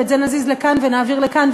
ואת זה נזיז לכאן ונעביר לכאן,